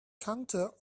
counter